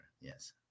Yes